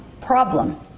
problem